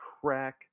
crack